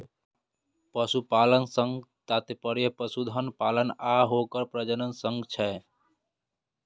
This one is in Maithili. पशुपालन सं तात्पर्य पशुधन पालन आ ओकर प्रजनन सं छै